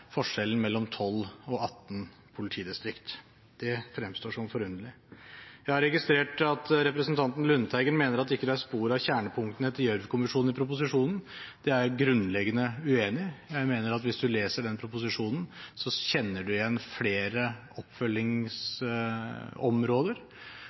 forskjellen mellom et sentralisert politi og et desentralisert politi er 12 eller 18 politidistrikt. Det fremstår som forunderlig. Jeg har registrert at representanten Lundteigen mener at det ikke er spor av kjernepunktene til Gjørv-kommisjonen i proposisjonen. Det er jeg grunnleggende uenig i. Jeg mener at hvis man leser den proposisjonen, kjenner man igjen flere oppfølgingsområder.